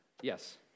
yes